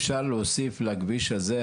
אפשר להוסיף לכביש הזה,